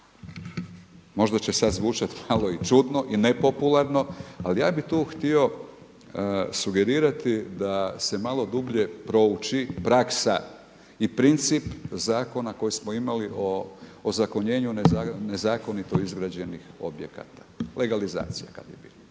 možda će sad zvučati malo čudno i nepopularno, ali ja bih tu htio sugerirati da se malo dublje prouči praksa i princip zakona koji smo imali o ozakonjenju nezakonito izgrađenih objekata legalizacija. Da li